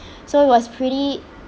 so was pretty